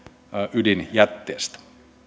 ydinjätteestä